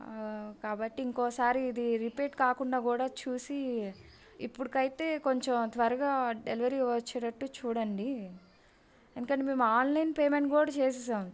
కాబట్టి ఇంకోసారి ఇది రిపీట్ కాకుండా కూడా చూసి ఇప్పటికి అయితే కొంచెం త్వరగా డెలివరీ వచ్చేటట్టు చూడండి ఎందుకంటే మేము ఆన్లైన్ పేమెంట్ కూడా చేశాము